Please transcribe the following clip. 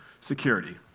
security